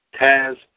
Taz